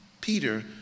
Peter